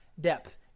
depth